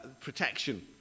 protection